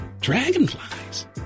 Dragonflies